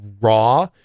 raw